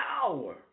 power